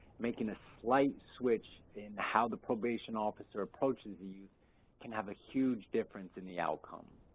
making a slight switch in how the probation officer approaches the youth can have a huge difference in the outcome.